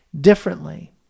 differently